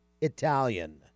Italian